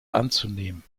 anzunehmen